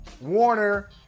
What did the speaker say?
Warner